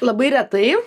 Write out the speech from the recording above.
labai retai